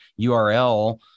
URL